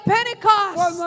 Pentecost